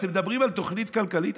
אתם מדברים על תוכנית כלכלית?